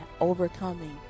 overcoming